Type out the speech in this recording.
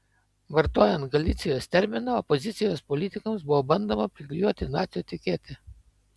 vartojant galicijos terminą opozicijos politikams buvo bandoma priklijuoti nacių etiketę